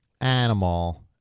animal